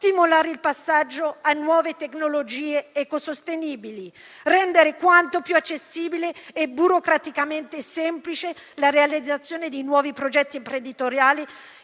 stimolare il passaggio a nuove tecnologie ecosostenibili e rendere quanto più accessibile e burocraticamente semplice la realizzazione di nuovi progetti imprenditoriali